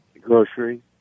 grocery